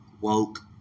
woke